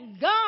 God